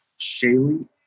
Shaylee